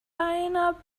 einer